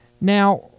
Now